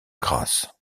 grâce